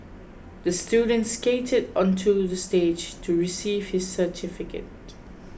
the student skated onto the stage to receive his certificate